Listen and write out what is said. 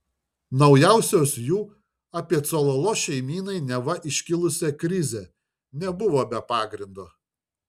naujausios jų apie cololo šeimynai neva iškilusią krizę nebuvo be pagrindo